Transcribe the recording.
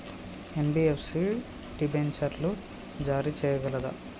NBFC డిబెంచర్లు జారీ చేయగలదా?